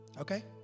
Okay